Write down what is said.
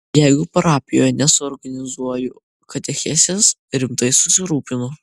jeigu parapijoje nesuorganizuoju katechezės rimtai susirūpinu